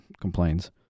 complains